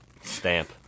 Stamp